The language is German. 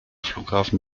flughafen